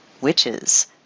witches